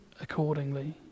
accordingly